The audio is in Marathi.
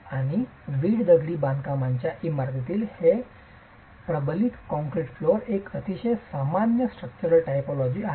आणि वीट दगडी बांधकामच्या इमारतींमधील हे प्रबलित कंक्रीट फ्लोर एक अतिशय सामान्य स्ट्रक्चरल टायपोलॉजी आहे